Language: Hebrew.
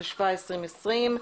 התשפ"א-2020.